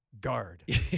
guard